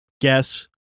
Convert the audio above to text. Guess